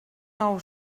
nou